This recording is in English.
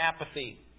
apathy